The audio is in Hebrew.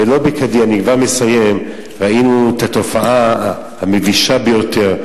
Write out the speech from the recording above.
ולא בכדי ראינו את התופעה המבישה ביותר,